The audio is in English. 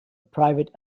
private